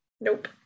nope